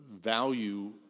value